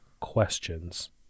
questions